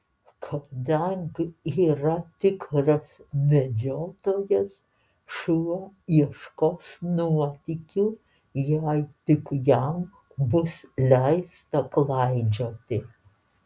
kadangi yra tikras medžiotojas šuo ieškos nuotykių jei tik jam bus leista klaidžioti